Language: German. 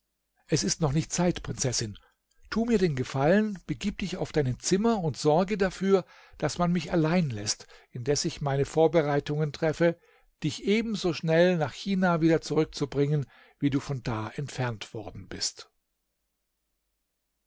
es ist noch nicht zeit prinzessin tu mir den gefallen begib dich auf deine zimmer und sorge dafür daß man mich allein läßt indes ich meine vorbereitungen treffe die dich ebenso schnell nach china wieder zurückbringen wie du von da entfernt worden bist